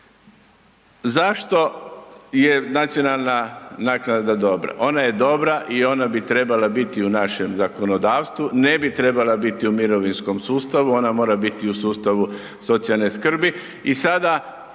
Zašto je nacionalna naknada dobra? Ona je dobra i ona bi trebala biti u našem zakonodavstvu, ne bi trebala biti u mirovinskom sustavu, ona mora biti u sustavu socijalne skrbi.